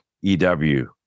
ew